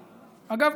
אגב,